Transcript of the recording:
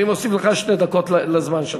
אני מוסיף לך שתי דקות לזמן שלך.